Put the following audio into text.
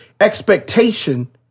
expectation